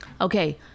Okay